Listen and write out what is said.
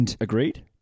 Agreed